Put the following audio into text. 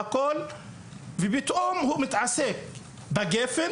ופתאום הוא מתעסק בגפ"ן